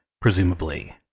presumably